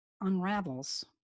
unravels